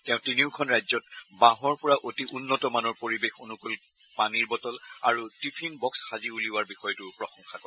তেওঁ তিনিওখন ৰাজ্যত বাঁহৰ পৰা অতি উন্নত মানৰ পৰিৱেশ অনুকুল পানীৰ বটল আৰু টিফিন বক্স সাজি উলিওৱা বিষয়টো প্ৰশংসা কৰে